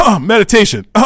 Meditation